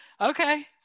okay